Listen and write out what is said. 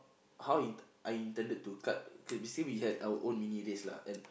how in~ I intended to cut K basically we had our own mini race lah and